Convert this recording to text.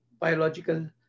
biological